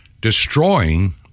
destroying